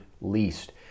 least